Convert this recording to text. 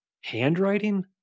handwriting